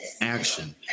action